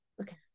okay